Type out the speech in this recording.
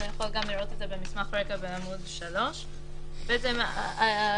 אתה יכול לראות את זה במסמך הרקע בעמוד 3. הרשות